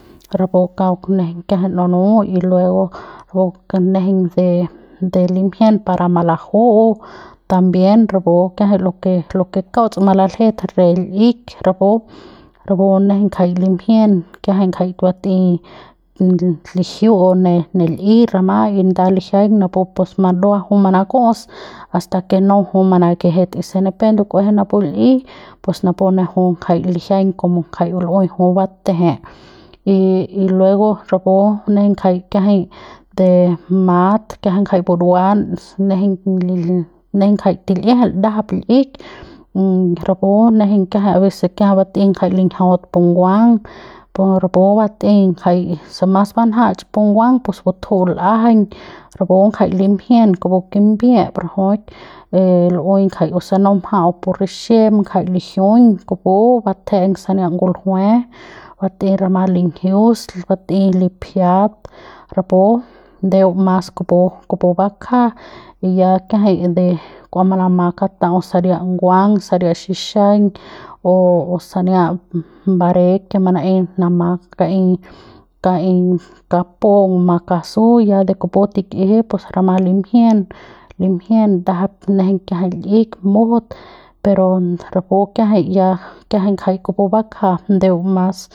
Rapu kauk nejeiñ kiajai nunu y luego kujup nejeiñ ke de limjien par malaju'u también rpu kiajai lo lo ke kauts malaljet re l'ik rapu rapu nejeiñ ngjai limjien kiaji ngjai bat'ei li'jiu'u ne ne l'i rama y nda lijiaiñ napu pus madua jui manaku'us hasta ke no jui manakejet y si ni pe ndukuejet napu l'i pus napu ne jui jai lijiai komo lu'ui jui bateje y luego rapu nejeiñ ngjai kiajai de mat kiajai jai buruan nejei lili nejeiñ jai til'iejel ndajap l'ik rapu nejeiñ kiajai aveces kiajai bat'ei ngjai linjiaut pu nguang pu rapu bat'ei ngjai se mas banja'ach pu nguang pus batju'u l'ajaiñ rapu ngjai limjien kupi kimbiep rajuik e lu'ui ngjai si no mja'au pu rixem ngjai lijiuiñ kupu batje'eng sania nguljue bat'ei rama linjius batei lipiajat rapu ndeu mas kupu, kupu bakja y ya kiajai de k'ua manama kata'au saria nguang saria xixaiñ o o sania bareik manaei manama kaei kaei kapu'un makasu ya ya de kupu tikiji rama limjien limjien ndajap nejeiñ kiajai ndajap l'ik mujut per rapu kiajai ya kiajai ya kupu bakja ndeu mas.